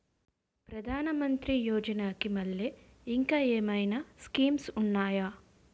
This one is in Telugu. ప్రధాన మంత్రి యోజన కి మల్లె ఇంకేమైనా స్కీమ్స్ ఉన్నాయా?